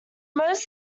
most